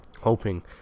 hoping